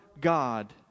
God